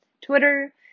twitter